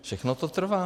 Všechno to trvá.